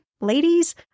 ladies